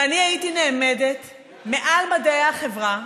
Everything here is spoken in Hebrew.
ואני הייתי נעמדת מעל מדעי החברה,